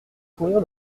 courir